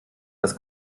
das